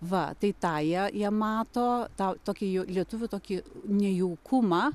va tai tą jie jie mato tą tokį lietuvių tokį nejaukumą